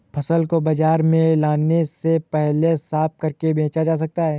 फसल को बाजार में लाने से पहले साफ करके बेचा जा सकता है?